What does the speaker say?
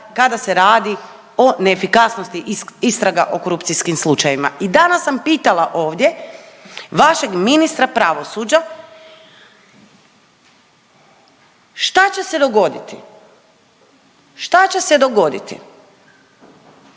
kada se radi o neefikasnosti istraga o korupcijskim slučajevima. I danas sam pitala ovdje vašeg ministra pravosuđa šta će se dogoditi, šta će se dogoditi